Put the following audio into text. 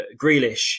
Grealish